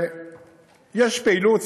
ויש פעילות.